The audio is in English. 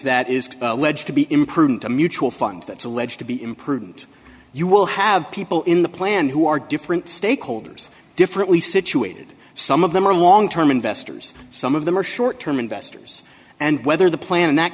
that is alleged to be imprudent a mutual fund that's alleged to be imprudent you will have people in the plan who are different stakeholders differently situated some of them are long term investors some of them are short term investors and whether the plan in that